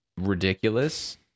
ridiculous